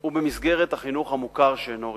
הוא במסגרת החינוך המוכר שאינו רשמי.